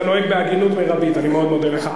אתה נוהג בהגינות מרבית, אני מאוד מודה לך.